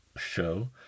show